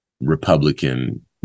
Republican